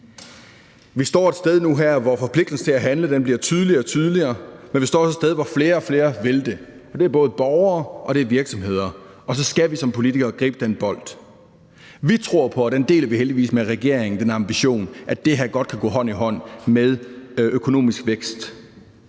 Vi står et sted nu og her, hvor forpligtelsen til at handle bliver tydeligere og tydeligere, men vi står også et sted, hvor flere og flere vil det. Og det er både borgere og virksomheder, og så skal vi som politikere gribe den bold. Vi tror på – og den ambition deler vi heldigvis med regeringen – at det her godt kan gå hånd i hånd med økonomisk vækst.